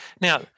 Now